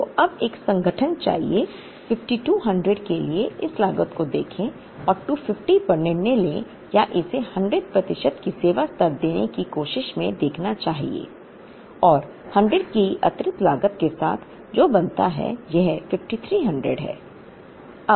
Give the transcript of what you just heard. तो अब एक संगठन चाहिए 5200 की इस लागत को देखें और 250 पर निर्णय लें या इसे 100 प्रतिशत की सेवा स्तर देने की कोशिश में देखना चाहिए और 100 की अतिरिक्त लागत के साथ जो बनाता है यह 5300 है